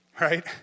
right